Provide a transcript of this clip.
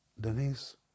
Denise